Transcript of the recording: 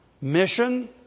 mission